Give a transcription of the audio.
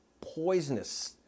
poisonous